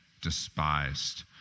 despised